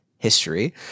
history